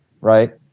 right